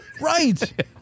Right